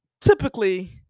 typically